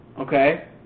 okay